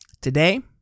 Today